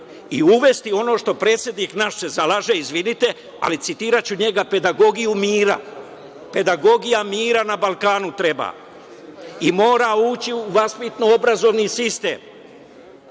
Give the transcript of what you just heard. i uvesti ono što se naš predsednik zalaže, izvinite, ali citiraću njega – pedagogiju mira. Pedagogija mira na Balkanu treba i mora ući u vaspitno – obrazovni sistem.